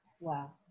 Wow